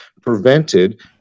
prevented